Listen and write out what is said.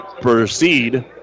proceed